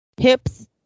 hips